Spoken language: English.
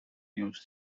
news